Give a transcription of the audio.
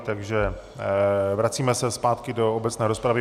Takže vracíme se zpátky do obecné rozpravy.